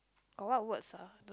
got what words ah